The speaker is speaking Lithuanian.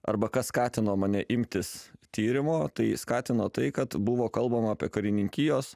arba kas skatino mane imtis tyrimo tai skatino tai kad buvo kalbama apie karininkijos